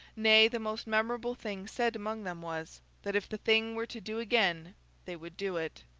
nay, the most memorable thing said among them was, that if the thing were to do again they would do it.